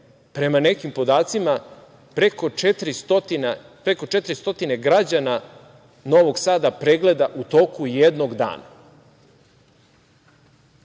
prema nekim podacima, preko 400 građana Novog Sada pregleda u toku jednog dana.